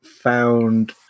found